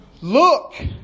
Look